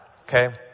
Okay